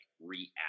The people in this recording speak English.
react